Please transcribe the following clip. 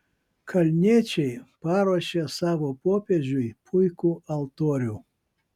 kalniečiai paruošė savo popiežiui puikų altorių